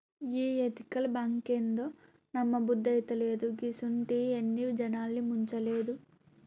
ఈ ఎతికల్ బాంకేందో, నమ్మబుద్దైతలేదు, గిసుంటియి ఎన్ని జనాల్ని ముంచలేదు